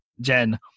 Jen